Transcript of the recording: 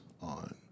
on